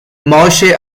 moshe